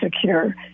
secure